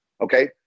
Okay